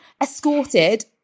Escorted